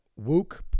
Wook